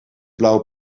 blauwe